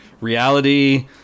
Reality